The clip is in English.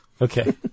Okay